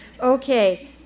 okay